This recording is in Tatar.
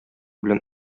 белән